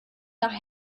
nach